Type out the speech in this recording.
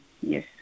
yes